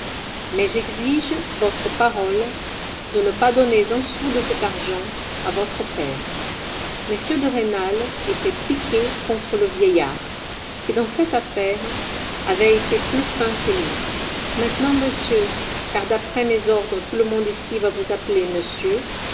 mais j'exige votre parole de ne pas donner un sou de cet argent à votre père m de rênal était piqué contre le vieillard qui dans cette affaire avait été plus fin que lui maintenant monsieur car d'après mes ordres tout le monde ici va vous appeler monsieur